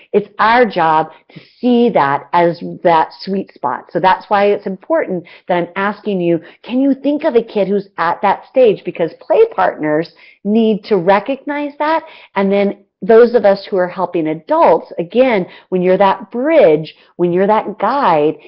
it's our job to see that as that sweet spot. so, that's why it's important that i'm asking you, can you think of a kid who's at that stage? because play partners need to recognize that and then those of us who are helping adults, again when you're that bridge, when you're that guide,